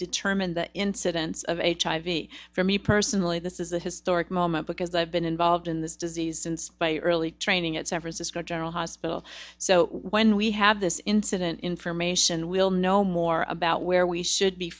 determine the incidence of hiv from the person this is a historic moment because i've been involved in this disease since my early training at san francisco general hospital so when we have this incident information we'll know more about where we should be